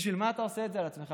בשביל מה אתה עושה את זה לעצמך?